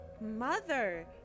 Mother